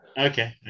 okay